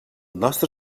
nostre